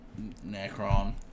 Necron